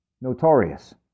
Notorious